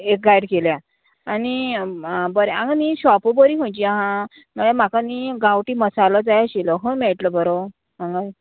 एक गायड केल्या आनी बरें हांगा न्ही शॉप बरी खंयची आहा म्हळ्यार म्हाका न्ही गांवठी मसालो जाय आशिल्लो खंय मेळटलो बरो हांगा